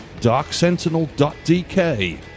DarkSentinel.dk